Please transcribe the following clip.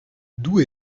d’où